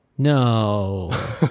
No